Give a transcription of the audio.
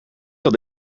dat